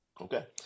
Okay